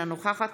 אינה נוכחת